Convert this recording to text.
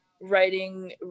writing